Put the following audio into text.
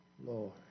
Lord